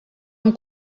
amb